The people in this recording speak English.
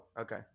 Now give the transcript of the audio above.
okay